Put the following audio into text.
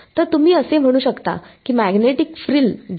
तर तुम्ही असे म्हणू शकता की मॅग्नेटिक फ्रिल घ्या